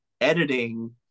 editing